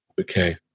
okay